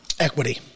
equity